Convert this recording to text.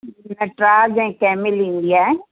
नटराज ऐं कैमिल ईंदी आहे